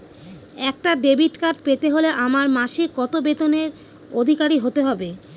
একটা debit card পেতে হলে আমার মাসিক কত বেতনের অধিকারি হতে হবে?